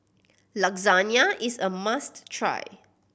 lasagna is a must try